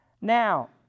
Now